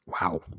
wow